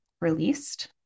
released